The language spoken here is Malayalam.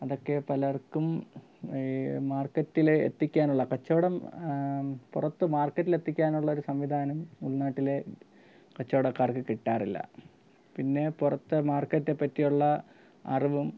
അതൊക്കെ പലർക്കും ഈ മാർക്കറ്റിലെ എത്തിക്കാനുള്ള കച്ചവടം പുറത്തു മാർക്കറ്റിലെത്തിക്കാനുള്ളൊരു സംവിധാനം ഉൾ നാട്ടിലെ കച്ചവടക്കാർക്ക് കിട്ടാറില്ല പിന്നെ പുറത്തെ മാർക്കറ്റിനെ പറ്റിയുള്ള അറിവും